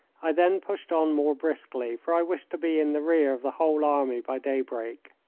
i then pushed on more briskly, for i wished to be in the rear of the whole army by daybreak.